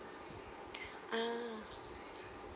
ah